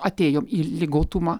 atėjom į ligotumą